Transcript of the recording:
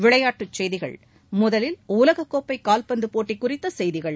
விளையாட்டுச் செய்திகள் முதலில் உலகக்கோப்பை கால்பந்து போட்டி குறித்த செய்திகள்